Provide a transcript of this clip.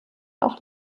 auch